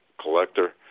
collector